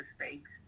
mistakes